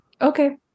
Okay